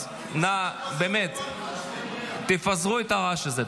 אז נא, באמת, תפזרו את הרעש הזה.